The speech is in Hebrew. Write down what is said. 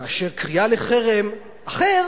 כאשר קריאה לחרם אחר